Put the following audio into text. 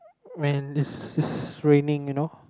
when it's it's raining